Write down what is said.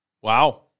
Wow